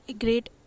great